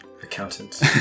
Accountant